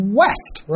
west